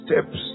steps